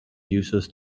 users